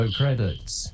credits